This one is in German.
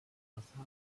fassade